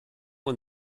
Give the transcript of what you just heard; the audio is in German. und